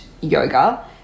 yoga